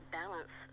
balance